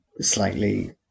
slightly